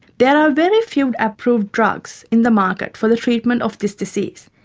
there are very few approved drugs in the market for the treatment of this disease,